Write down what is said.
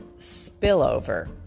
spillover